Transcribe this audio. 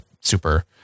super